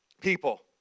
people